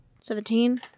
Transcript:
Seventeen